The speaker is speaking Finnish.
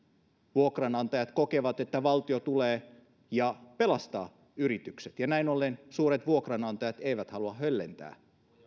vuokranantajat kokevat että valtio tulee ja pelastaa yritykset ja näin ollen suuret vuokranantajat eivät halua höllentää